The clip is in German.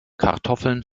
kartoffeln